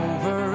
Over